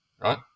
right